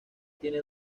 tiene